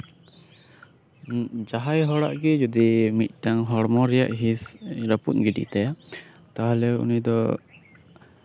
ᱡᱟᱦᱟᱸᱭ ᱦᱚᱲᱟᱜ ᱜᱮ ᱡᱩᱫᱤ ᱦᱚᱲᱢᱚ ᱨᱮᱭᱟᱜ ᱦᱤᱸᱥ ᱢᱤᱫᱴᱟᱝ ᱨᱟᱹᱯᱩᱫ ᱜᱤᱰᱤᱜ ᱛᱟᱭᱟ ᱛᱟᱞᱦᱮ ᱩᱱᱤ ᱫᱚ